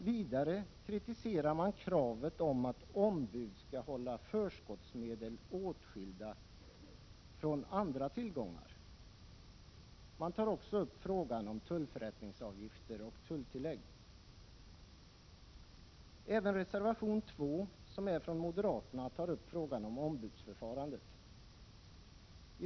Vidare kritiserar man kravet om att ombud skall hålla förskottsmedel åtskilda från andra tillgångar. Man tar även upp frågan om tullförrättningsavgifter och tulltillägg. Även reservation nr 2, som är från moderaterna, tar upp frågan om ombudsförfarandet.